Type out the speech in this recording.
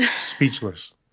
Speechless